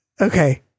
Okay